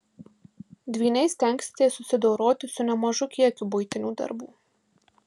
dvyniai stengsitės susidoroti su nemažu kiekiu buitinių darbų